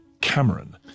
Cameron